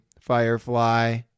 Firefly